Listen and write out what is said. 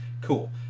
cool